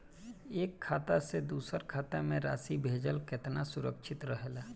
एक खाता से दूसर खाता में राशि भेजल केतना सुरक्षित रहेला?